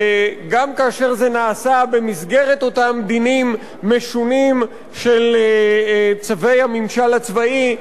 גם כאשר זה נעשה במסגרת אותם דינים משונים של צווי הממשל הצבאי,